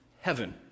heaven